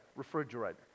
refrigerator